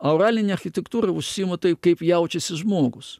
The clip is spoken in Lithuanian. auralinė architektūra užsiima tai kaip jaučiasi žmogus